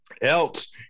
else